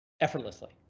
effortlessly